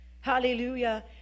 hallelujah